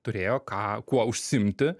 turėjo ką kuo užsiimti